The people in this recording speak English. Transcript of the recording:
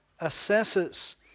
assesses